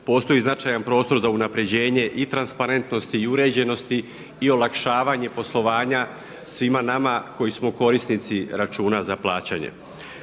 postoji značajan prostor za unapređenje i transparentnosti i uređenosti i olakšavanje poslovanje svima nama koji smo korisnici računa za plaćanje.